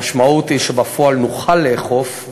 המשמעות היא שבפועל נוכל לאכוף,